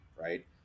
right